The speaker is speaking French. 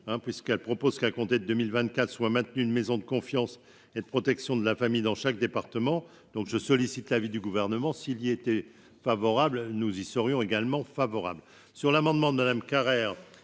puisqu'elle propose qu'à compter de 2024 soit maintenu une maison de confiance et de protection de la famille, dans chaque département, donc je sollicite l'avis du gouvernement, s'il y était favorable, nous y serions également favorable. Sur l'amendement de Madame Carrère